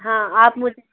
हाँ आप मुझ